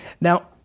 Now